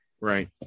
Right